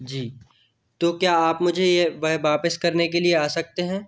जी तो क्या आप मुझे ये वह वापस करने के लिए आ सकते हैं